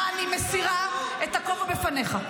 אמות הסיפים מזדעזעות --- אני מסירה את הכובע בפניך,